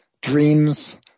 dreams